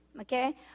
okay